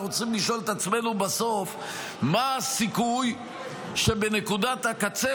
אנחנו צריכים לשאול את עצמנו בסוף מה הסיכוי שבנקודת הקצה